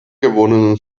gewonnenen